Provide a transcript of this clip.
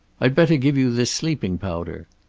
i'd better give you this sleeping powder.